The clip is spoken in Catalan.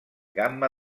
gamma